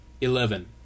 Eleven